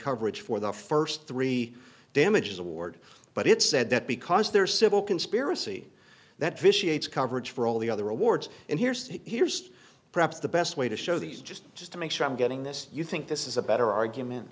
coverage for the first three damages award but it said that because there are civil conspiracy that vitiates coverage for all the other awards and here's the here's perhaps the best way to show these just just to make sure i'm getting this you think this is a better argument